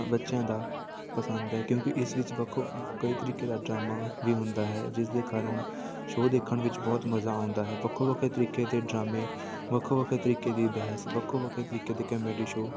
ਬੱਚਿਆਂ ਦਾ ਪਸੰਦ ਹੈ ਕਿਉਂਕਿ ਇਸ ਵਿੱਚ ਵੱਖੋ ਕਈ ਤਰੀਕੇ ਦਾ ਡਰਾਮਾ ਵੀ ਹੁੰਦਾ ਹੈ ਜਿਸ ਦੇ ਕਾਰਨ ਸ਼ੋਅ ਦੇਖਣ ਵਿੱਚ ਬਹੁਤ ਮਜ਼ਾ ਆਉਂਦਾ ਹੈ ਵੱਖੋ ਵੱਖਰੇ ਤਰੀਕੇ ਤੇ ਡਰਾਮੇ ਵੱਖੋ ਵੱਖਰੇ ਤਰੀਕੇ ਦੀ ਬਹਿਸ ਵੱਖੋ ਵੱਖਰੇ ਤਰੀਕੇ ਦੇ ਕੈਮੇਡੀ ਸ਼ੋਅ